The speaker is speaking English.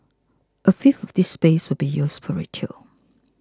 a fifth of this space will be used for retail